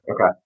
Okay